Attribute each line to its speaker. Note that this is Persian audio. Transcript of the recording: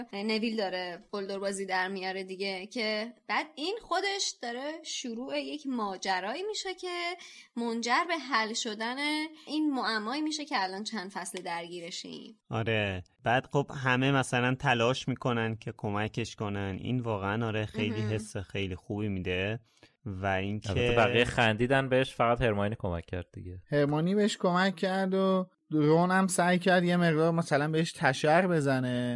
Speaker 1: نویل داره بلدربازی در میاره دیگه که بعد این خودش داره شروع یک ماجرایی میشه که منجر به حل شدن این معمایی میشه که الان چند فصل درگیرشیم.
Speaker 2: آره. بعد خب همه مثلا تلاش میکنن که کمکش کنن. این واقعا آره خیلی
Speaker 1: اهم.
Speaker 2: حس خیلی خوبی میده. و اینکه-
Speaker 3: البته بقیه خندیدن بهش فقط هرماینی کمک کرد دیگه.
Speaker 4: هرماینی بهش کمک کرد و رون هم سعی کرد یه مقدار مثلا بهش تشر بزنه.